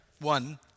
One